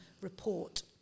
report